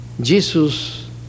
Jesus